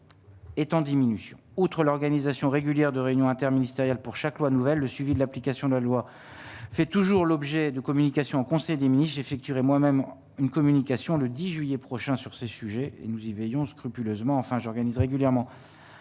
Est en diminution, outre l'organisation régulière de réunions interministérielles pour chaque loi nouvelle le suivi de l'application de la loi fait toujours l'objet de communication conseil Münich effectuerait moi-même une communication le 10 juillet prochain sur ces sujets et nous y veillons scrupuleusement enfin j'organise régulièrement